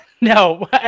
no